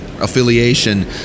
affiliation